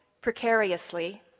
precariously